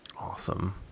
Awesome